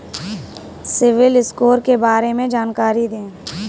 CIBIL score के बारे में जानकारी दें?